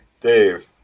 Dave